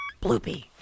Bloopy